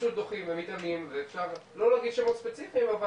שפשוט דוחים ומתעלמים, לא להגיד שמות ספציפיים אבל